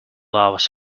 hours